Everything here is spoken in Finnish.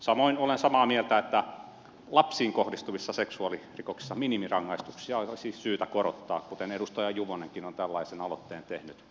samoin olen samaa mieltä että lapsiin kohdistuvissa seksuaalirikoksissa minimirangaistuksia olisi syytä korottaa kuten edustaja juvonenkin on tällaisen aloitteen tehnyt kanssani